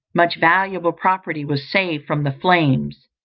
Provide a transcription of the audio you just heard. much valuable property was saved from the flames.